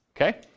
Okay